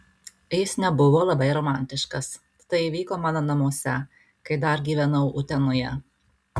jis nebuvo labai romantiškas tai įvyko mano namuose kai dar gyvenau utenoje